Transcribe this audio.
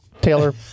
Taylor